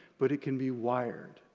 but it can be wired.